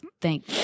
Thank